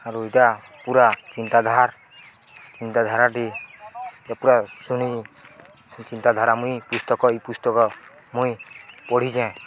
ଆରୁ ଏନ୍ତା ପୁରା ଚିନ୍ତାଧାରା ଚିନ୍ତାଧାରାଟି ଏ ପୁରା ଶୁଣି ଚିନ୍ତାଧାରା ମୁଇଁ ପୁସ୍ତକ ଏଇ ପୁସ୍ତକ ମୁଇଁ ପଢ଼ିଛେଁ